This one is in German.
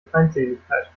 feindseligkeit